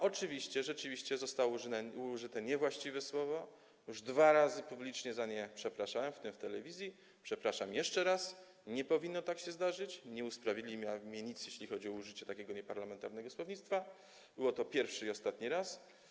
Oczywiście zostało użyte niewłaściwe słowo, już dwa razy publicznie za nie przepraszałem, w tym w telewizji, przepraszam jeszcze raz, nie powinno tak się zdarzyć, nie usprawiedliwia mnie nic, jeśli chodzi o użycie takiego nieparlamentarnego słownictwa, było to pierwszy i ostatni raz.